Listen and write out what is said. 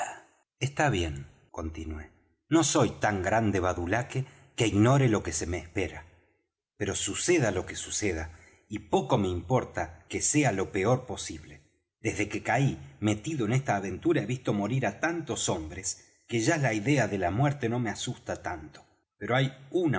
está bien continué no soy tan gran badulaque que ignore lo que se me espera pero suceda lo que suceda y poco me importa que sea lo peor posible desde que caí metido en esta aventura he visto morir á tantos hombres que ya la idea de la muerte no me asusta tanto pero hay una